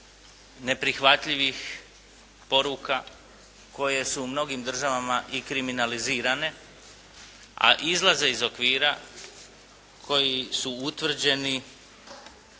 neprihvatljivih poruka koje su u mnogim državama i kriminalizirane, a izlaze iz okvira koji su utvrđeni